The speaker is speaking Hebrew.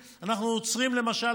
למשל,